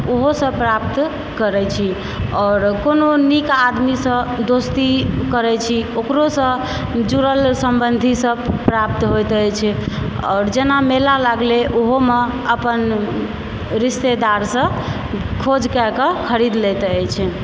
ओहोसँ प्राप्त करै छी और कोनो नीक आदमीसँ दोस्ती करै छी ओकरोसँ जुड़ल संबंधी सब प्राप्त होइत अछि और जेना मेला लागलै ओहोमे अपन रिश्तेदारसँ खोज कए कऽ खरीद लैत अछि